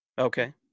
Okay